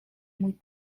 mój